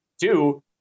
Two